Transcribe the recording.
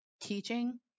teaching